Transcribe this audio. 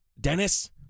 Dennis